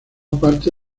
parte